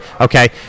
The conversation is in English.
okay